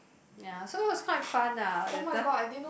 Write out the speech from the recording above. ya so it was quite fun ah that time